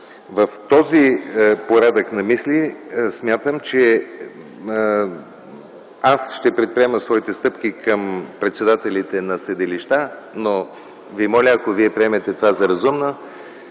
В този порядък на мисли смятам, че аз ще предприема своите стъпки към председателите на съдилища, но ви моля, ако вие приемете това за разумно,